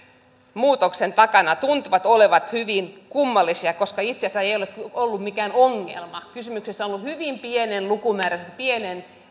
muutoksen takana tuntuvat olevan hyvin kummallisia koska itse asiassa ei ole ollut mikään ongelma kysymyksessä on ollut hyvin pienen lukumäärällisesti pienen